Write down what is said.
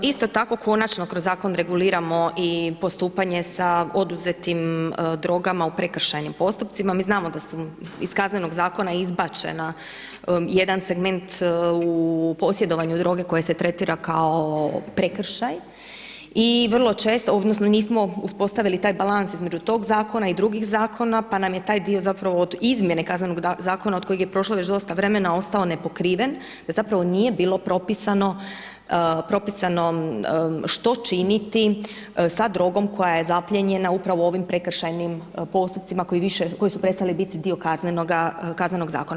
Isto tako, konačno kroz zakon reguliramo i postupanje sa oduzetim drogama u prekršajnim postupcima, mi znamo da se iz kaznenog zakona izbačena jedan segment u posjedovanju droge koje se tretira kao prekršaj i vrlo često, odnosno nismo uspostavili taj balans između tog zakona i drugih zakona pa nam je taj dio zapravo od izmjene Kaznenog zakona od kojeg je prošlo već dosta vremena ostao nepokriven, da zapravo nije bilo propisano što činiti sa drogom koja je zaplijenjena upravo u ovim prekršajnim postupcima, koji su prestali biti dio Kaznenoga zakona.